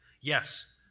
yes